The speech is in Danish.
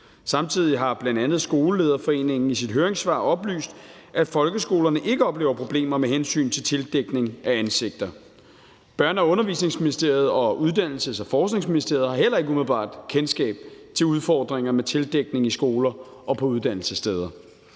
Samtidig har bl.a. Skolelederforeningen i sit høringssvar oplyst, at folkeskolerne ikke oplever problemer med hensyn til tildækning af ansigter. Børne- og Undervisningsministeriet og Uddannelses- og Forskningsministeriet har heller ikke umiddelbart kendskab til udfordringer med tildækning i skoler og på uddannelsessteder.